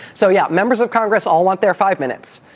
so, yeah, members of congress all want their five minutes.